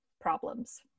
problems